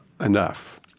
enough